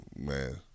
man